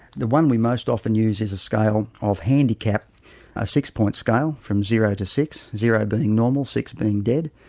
the one we most often use is scale of handicap a six point scale from zero to six, zero being normal and six being dead.